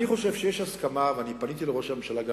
אני חושב שיש הסכמה, גם פניתי אישית